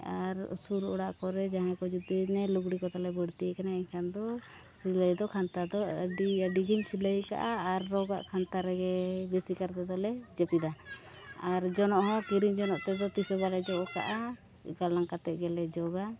ᱟᱨ ᱥᱩᱨ ᱚᱲᱟᱜ ᱠᱚᱨᱮᱫ ᱡᱟᱦᱟᱸᱭ ᱠᱚ ᱡᱩᱫᱤ ᱱᱮ ᱞᱩᱜᱽᱲᱤᱡ ᱠᱚ ᱛᱟᱞᱮ ᱵᱟᱹᱲᱛᱤᱭ ᱠᱟᱱᱟ ᱮᱱᱠᱷᱟᱱ ᱫᱚ ᱥᱤᱞᱟᱹᱭ ᱫᱚ ᱠᱟᱱᱛᱷᱟ ᱫᱚ ᱟᱹᱰᱤ ᱟᱹᱰᱤᱜᱮᱧ ᱥᱤᱞᱟᱹᱭ ᱟᱠᱟᱫᱼᱟ ᱟᱨ ᱨᱚᱜᱽ ᱟᱜ ᱠᱷᱟᱱᱛᱟ ᱨᱮᱜᱮ ᱵᱮᱥᱤ ᱠᱟᱨ ᱛᱮᱫᱚᱞᱮ ᱡᱟᱹᱯᱤᱫᱟ ᱟᱨ ᱡᱚᱱᱚᱜ ᱦᱚᱸ ᱠᱤᱨᱤᱧ ᱡᱚᱱᱚᱜ ᱛᱮᱫᱚ ᱛᱤᱥ ᱦᱚᱸ ᱵᱟᱞᱮ ᱡᱚᱜ ᱟᱠᱟᱫᱼᱟ ᱜᱟᱞᱟᱝ ᱠᱟᱛᱮᱫ ᱜᱮᱞᱮ ᱡᱚᱜᱟ